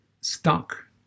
stuck